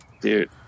Dude